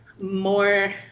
more